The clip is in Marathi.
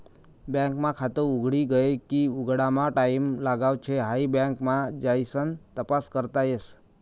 बँक मा खात उघडी गये की उघडामा टाईम लागाव शे हाई बँक मा जाइसन तपास करता येस